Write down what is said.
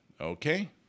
Okay